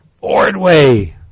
Ordway